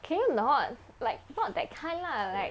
can you not like not that kind lah like